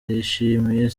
ndayishimiye